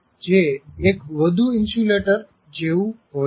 જે એક વધુ ઈન્સ્યુલેટર જેવું હોય છે